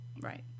Right